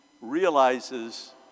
realizes